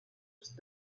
دوست